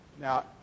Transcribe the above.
now